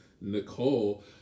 Nicole